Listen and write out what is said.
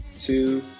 two